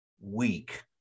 weak